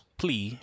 plea